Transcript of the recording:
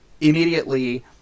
immediately